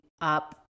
up